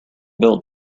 build